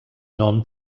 non